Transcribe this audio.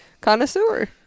connoisseur